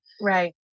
Right